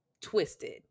twisted